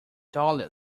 dahlia